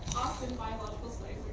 often, biological studies